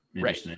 right